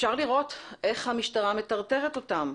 אפשר לראות איך המשטרה מטרטרת אותם,